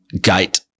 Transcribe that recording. gate